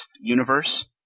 universe